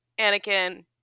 Anakin